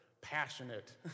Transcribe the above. passionate